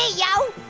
ah yo.